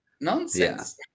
Nonsense